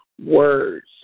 words